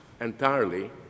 entirely